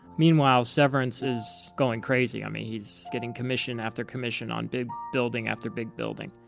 meanwhile, severance is going crazy. i mean, he's getting commission after commission on big building after big building.